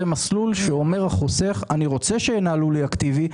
זה מסלול שבו אומר החוסך: אני רוצה שינהלו לי אקטיבי,